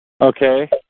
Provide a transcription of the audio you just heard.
Okay